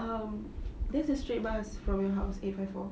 um there's a straight bus from your house eight five four